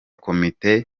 komite